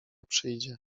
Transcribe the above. przyjdzie